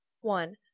one